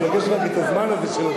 אני מבקש רק את הזמן הזה.